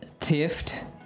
tift